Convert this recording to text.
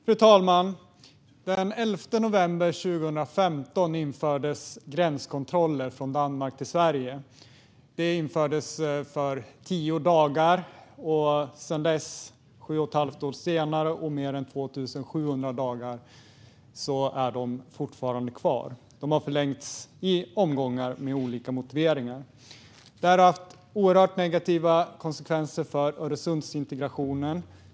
Fru talman! Den 11 november 2015 infördes gränskontroller för resande från Danmark till Sverige. De infördes för tio dagar, men sju och ett halvt år och mer än 2 700 dagar senare är de fortfarande kvar. De har förlängts i omgångar, med olika motiveringar. Det här har haft oerhört negativa konsekvenser för Öresundsintegrationen.